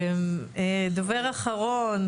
דובר אחרון